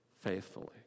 faithfully